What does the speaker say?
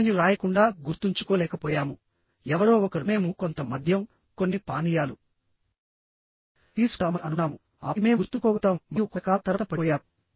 దానిని వ్రాయకుండా గుర్తుంచుకోలేకపోయాముఎవరో ఒకరు మేము కొంత మద్యంకొన్ని పానీయాలు తీసుకుంటామని అనుకున్నాముఆపై మేము గుర్తుంచుకోగలుగుతాము మరియు కొంతకాలం తర్వాత పడిపోయాము